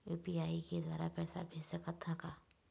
UPI के द्वारा पैसा भेज सकत ह का?